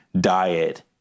diet